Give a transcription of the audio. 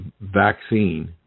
vaccine